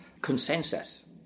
consensus